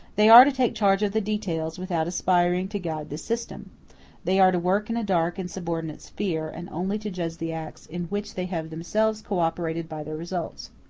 they are to take charge of the details, without aspiring to guide the system they are to work in a dark and subordinate sphere, and only to judge the acts in which they have themselves cooperated by their results.